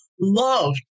love